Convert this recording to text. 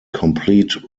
complete